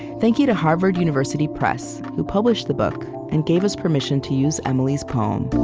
thank you to harvard university press, who published the book and gave us permission to use emily's poem.